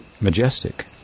majestic